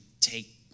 take